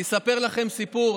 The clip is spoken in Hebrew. אני אספר לכם סיפור,